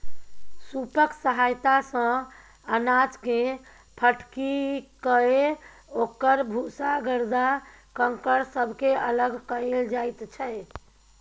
सूपक सहायता सँ अनाजकेँ फटकिकए ओकर भूसा गरदा कंकड़ सबके अलग कएल जाइत छै